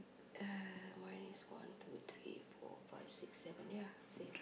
uh mine is one two three four five six seven ya same